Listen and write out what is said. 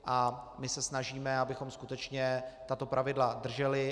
A my se snažíme, abychom skutečně tato pravidla drželi.